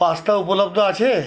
pasta উপলব্ধ আছে